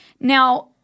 Now